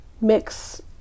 mix